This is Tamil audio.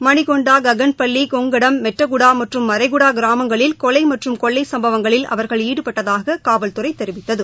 மணிகொண்டா ககன்பள்ளி கொங்டம் மெட்டகுடாமற்றம் மறைகுடாகிராமங்களில் கொலைமற்றும் கொள்ளைசம்பவங்களில் அவர்கள் ஈடுபட்டதாககாவல்துறைதெரிவித்தது